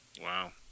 Wow